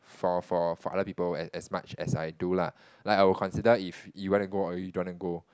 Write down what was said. for for for other people as as much as I do lah like I will consider if you want to go or you don't want to go